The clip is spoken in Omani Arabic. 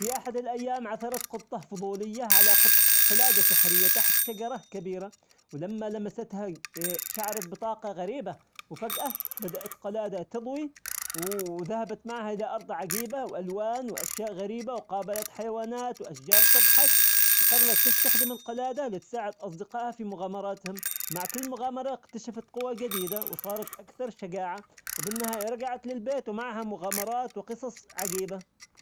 في أحد الأيام عثرت قطة فضولية على قد- قلادة سحرية تحت شجرة كبيرة ولما لمستها شعرت بطاقة غريبة وفجأة بدأت قلادة تضوي وذهبت معها إلى أرض عجيبة وألوان وأشياء غريبة، وقابلت حيوانات وأشجار تضحك، وقررت تستخدم القلادة لتساعد أصدقائها في مغامراتهم، ومع كل مغامرة اكتشفت قوة جديدة وصارت أكثر شجاعة، وبالنهاية رجعت للبيت ومعها مغامرات وقصص عجيبة.